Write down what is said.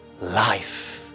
life